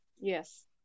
Yes